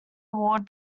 award